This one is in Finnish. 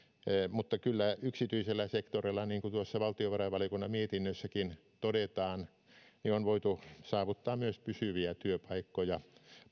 mutta kyllä yksityisellä sektorilla niin kuin tuossa valtiovarainvaliokunnan mietinnössäkin todetaan on voitu saavuttaa myös pysyviä työpaikkoja